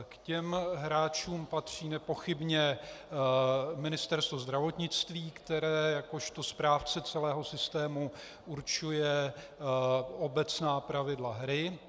K těm hráčům patří nepochybně Ministerstvo zdravotnictví, které jakožto správce celého systému určuje obecná pravidla hry.